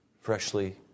freshly